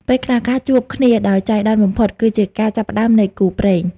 ពេលខ្លះការជួបគ្នាដោយចៃដន្យបំផុត គឺជាការចាប់ផ្ដើមនៃគូព្រេង។